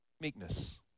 meekness